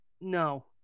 No